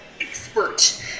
expert